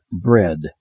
Bread